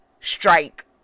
strike